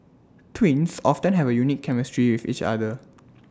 twins often have A unique chemistry with each other